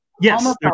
Yes